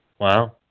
Wow